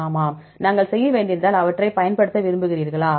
ஆமாம் நாங்கள் செய்ய வேண்டியிருந்ததால் இவற்றைப் பயன்படுத்த விரும்புகிறீர்களா